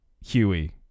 Huey